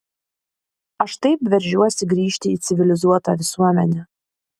aš taip veržiuosi grįžti į civilizuotą visuomenę